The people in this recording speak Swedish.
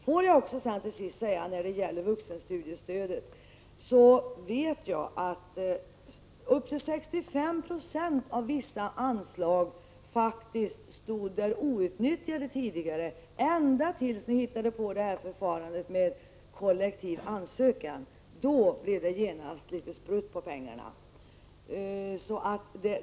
Låt mig till sist säga när det gäller vuxenstudiestödet, att jag vet att upp till 65 0 av vissa anslag var outnyttjade ända tills ni hittade på förfarandet med kollektiv ansökan. Då blev det genast lite sprutt på pengarna.